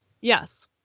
Yes